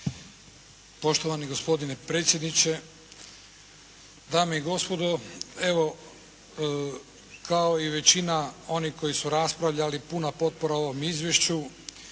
Poštovani gospodine predsjedniče, dame i gospodo. Evo kao i većina onih koji su raspravljali, puna potpora ovom izvješću.